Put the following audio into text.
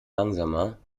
langsamer